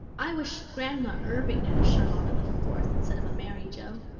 i wish grandma irving had a charlotta the fourth instead of a mary joe.